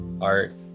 art